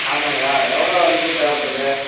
ஆமாங்களா எவ்வளோ வந்து தேவைப்படுது